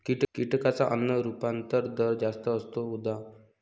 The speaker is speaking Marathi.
कीटकांचा अन्न रूपांतरण दर जास्त असतो, उदा